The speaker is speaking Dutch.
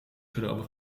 genomen